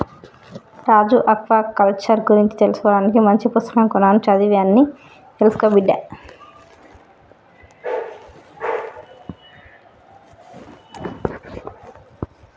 రాజు aquaculture గురించి తెలుసుకోవానికి మంచి పుస్తకం కొన్నాను చదివి అన్ని తెలుసుకో బిడ్డా